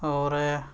اور